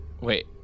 wait